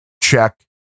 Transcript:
check